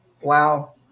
wow